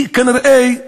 כנראה,